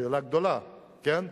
שאלה גדולה, כן?